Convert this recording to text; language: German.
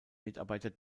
mitarbeiter